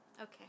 Okay